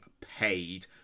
paid